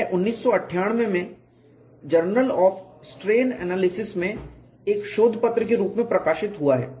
यह 1998 में journal of strain analysis में एक शोधपत्र के रूप में भी प्रकाशित हुआ है